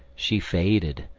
she faded,